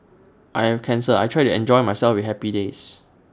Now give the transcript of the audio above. I have cancer I try to enjoy myself with happy days